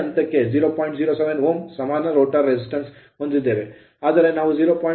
07 Ω ನ ಸಮಾನ rotor rotor resistance ಪ್ರತಿರೋಧವನ್ನು ಹೊಂದಿದ್ದೇವೆ ಆದರೆ ನಾವು 0